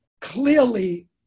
clearly